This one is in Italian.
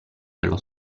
dello